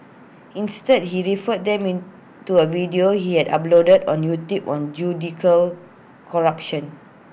instead he referred them in to A video he had uploaded on YouTube one judicial corruption